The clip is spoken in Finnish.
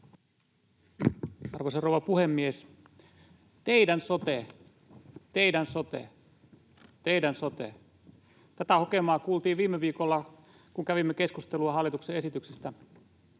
Arvoisa rouva puhemies! ”Teidän sote, teidän sote, teidän sote.” Tätä hokemaa kuultiin viime viikolla, kun kävimme keskustelua hallituksen esityksestä.